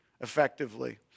effectively